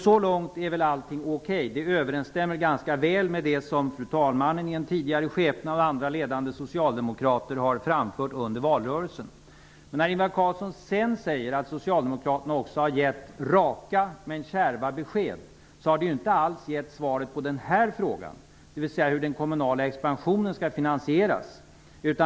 Så långt är väl allting okej; det överensstämmer ganska väl med det som fru talmannen i en tidigare skepnad och andra ledande socialdemokrater har framfört under valrörelsen. Men när Ingvar Carlsson sedan säger att Socialdemokraterna också har gett raka men kärva besked har det inte alls gett svaret på frågan hur den kommunala expansionen skall finansieras.